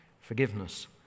Forgiveness